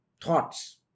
Thoughts